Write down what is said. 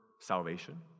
salvation